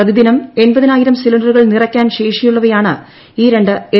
പ്രതിദിനം എൺപതിനായിരം ് സിലിണ്ടറുകൾ നിറയ്ക്കാൻ ശേഷിയുള്ളവയാണ് ഈ രണ്ട് എൽ